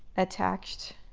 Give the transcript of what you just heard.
attached